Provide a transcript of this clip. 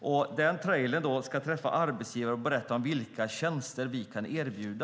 Med den trailern ska man "träffa arbetsgivare och berätta om vilka tjänster vi kan erbjuda.